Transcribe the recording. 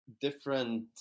different